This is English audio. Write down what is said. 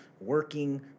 working